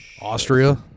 Austria